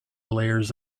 layers